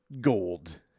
gold